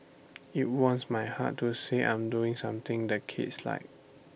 IT warms my heart to say I'm doing something the kids like